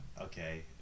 okay